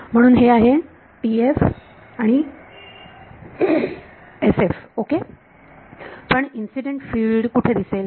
म्हणून हे आहे TF आणि SF ओके TF पण इन्सिडेंट फिल्ड कुठे दिसेल